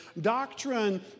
Doctrine